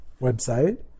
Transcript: website